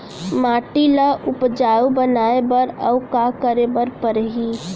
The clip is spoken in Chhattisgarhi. माटी ल उपजाऊ बनाए बर अऊ का करे बर परही?